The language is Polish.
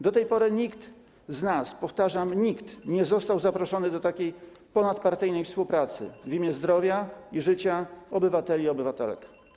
Do tej pory nikt z nas, powtarzam: nikt, nie został zaproszony do takiej ponadpartyjnej współpracy w imię zdrowia i życia obywateli i obywatelek.